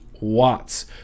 watts